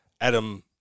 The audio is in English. Adam